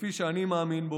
כפי שאני מאמין בה.